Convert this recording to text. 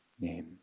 name